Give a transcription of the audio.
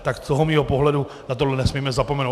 Tak z toho mého pohledu na tohle nesmíme zapomenout.